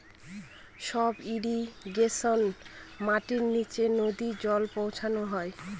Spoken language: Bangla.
সাব ইর্রিগেশনে মাটির নীচে নদী জল পৌঁছানো হয়